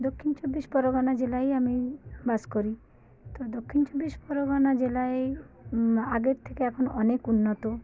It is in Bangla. দক্ষিণ চব্বিশ পরগনা জেলায় আমি বাস করি তো দক্ষিণ চব্বিশ পরগনা জেলায় আগের থেকে এখন অনেক উন্নত